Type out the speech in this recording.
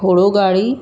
घोड़ो गाॾी